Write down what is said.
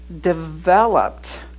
developed